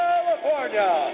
California